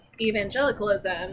evangelicalism